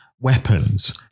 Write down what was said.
weapons